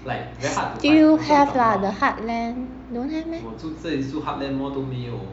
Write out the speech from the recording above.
still have lah the heartland don't have meh